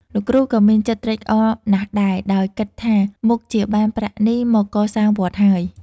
លោកគ្រូក៏មានចិត្តត្រេកអរណាស់ដែរ ដោយគិតថាមុខជាបានប្រាក់នេះមកកសាងវត្តហើយ។